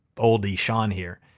oldie sean here,